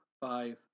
five